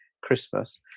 christmas